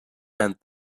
and